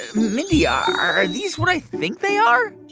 mindy, are are these what i think they are?